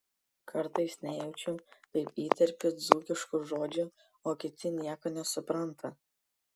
kartais nejaučiu kaip įterpiu dzūkiškų žodžių o kiti nieko nesupranta